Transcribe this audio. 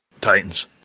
Titans